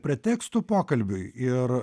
pretekstu pokalbiui ir